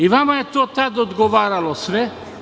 Ivama je to tad odgovaralo sve.